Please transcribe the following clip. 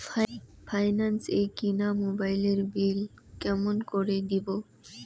Finance এ কিনা মোবাইলের বিল কেমন করে দিবো?